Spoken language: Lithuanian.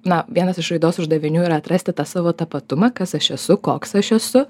na vienas iš raidos uždavinių yra atrasti tą savo tapatumą kas aš esu koks aš esu